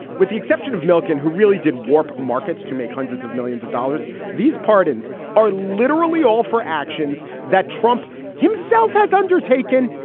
with the exception of milken, who really did warp markets to make hundreds of millions of dollars, these pardons are literally all for actions that trump himself has undertaken.